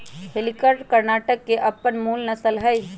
हल्लीकर कर्णाटक के अप्पन मूल नसल हइ